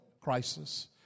crisis